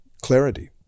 clarity